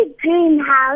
greenhouse